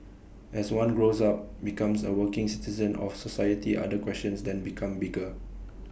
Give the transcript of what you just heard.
as one grows up becomes A working citizen of society other questions then become bigger